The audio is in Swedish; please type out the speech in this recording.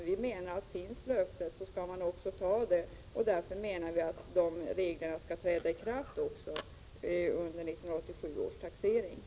Vi menar att man, om det finns